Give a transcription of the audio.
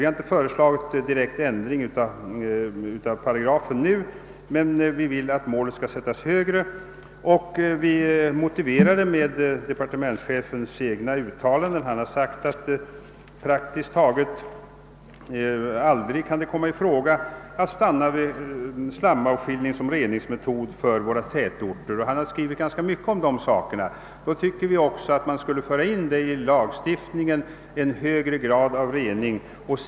Vi har inte föreslagit någon direkt ändring av paragrafen nu, men vi vill att målet skall sättas högre och vi motiverar detta med departementschefens egna uttalanden. Han har sagt att det praktiskt taget aldrig kan komma i fråga att stanna för slamavskiljning som reningsmetod för våra tätorter. Departementschefen har skrivit rätt mycket om dessa saker, och då tycker vi att det även skulle föras in bestämmelser om en högre grad av rening i lagstiftningen.